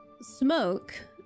smoke